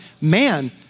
man